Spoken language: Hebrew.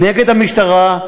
נגד המשטרה,